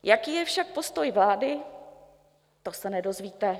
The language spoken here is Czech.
Jaký je však postoj vlády, to se nedozvíte.